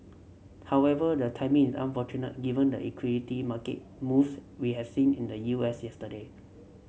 however their timing is unfortunate given the equity market moves we has seen in the U S yesterday